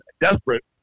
desperate